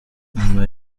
nyuma